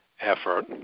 effort